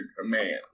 command